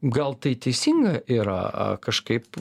gal tai teisinga yra kažkaip